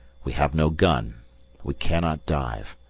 we have no gun we cannot dive.